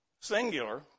singular